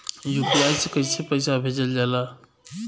UPI से कइसे पैसा भेजल जाला?